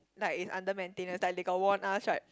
like is under maintenance like they got warn us right